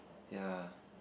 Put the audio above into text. ya